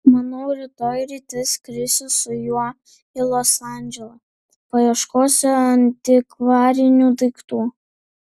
manau rytoj ryte skrisiu su juo į los andželą paieškosiu antikvarinių daiktų